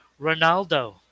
Ronaldo